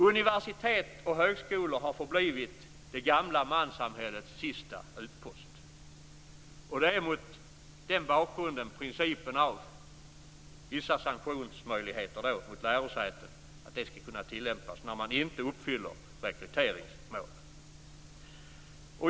Universitet och högskolor har förblivit det gamla manssamhällets sista utpost. Det är mot den bakgrunden principen att vissa sanktionsmöjligheter skall kunna tillämpas om man inte uppfyller rekryteringsmålen skall ses.